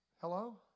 Hello